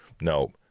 no